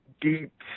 deep